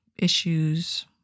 issues